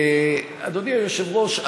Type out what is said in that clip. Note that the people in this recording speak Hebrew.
אדוני היושב-ראש,